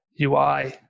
ui